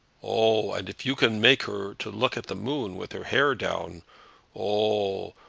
oh! and if you can make her to look at the moon with her hair down oh!